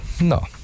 no